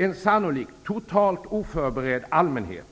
En sannolikt totalt oförberedd allmänhet